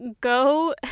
go